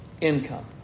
income